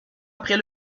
après